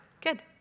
Good